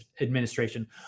Administration